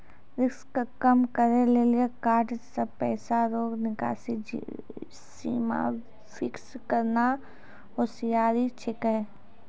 risk कम करै लेली कार्ड से पैसा रो निकासी सीमा फिक्स करना होसियारि छिकै